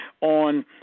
on